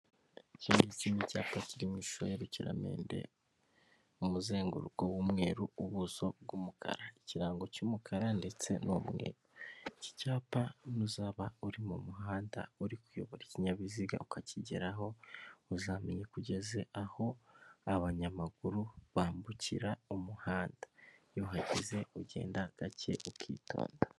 Iki ngiki ni icyapa kiri mu ishusho y'urukiraramende, umuzenguruko w'umweru ubuso bw'umukara, ikirango cy'umukara ndetse n'umweru iki cyapa nuzaba uri mu muhanda uri kuyobora ikinyabiziga ukakigeraho uzamenye ko ugeze aho abanyamaguru bambukira mu muhanda iyo uhageze ugenda gake ukitonda.